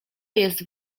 jest